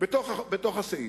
בתוך הסעיף,